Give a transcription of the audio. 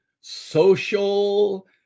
social